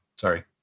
Sorry